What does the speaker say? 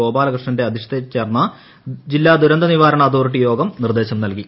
ഗോപാലകൃഷ്ണന്റെ അധ്യക്ഷതയിൽ ചേർന്ന ജില്ലാ ദുരന്തനിവാരണ അതോറിറ്റി യോഗം നിർദേശം നൽകി